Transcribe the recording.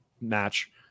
match